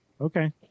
Okay